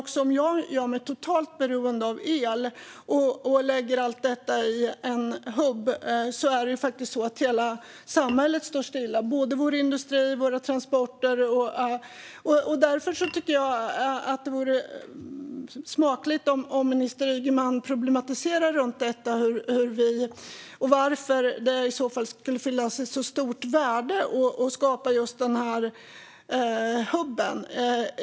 Om jag gör mig totalt beroende av el och lägger allt detta i en hubb kan det bli så att hela samhället står stilla, både vår industri och våra transporter, och därför tycker jag att det vore klädsamt om minister Ygeman kunde problematisera detta och förklara varför det skulle finnas ett så stort värde i att skapa just den här hubben.